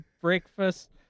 breakfast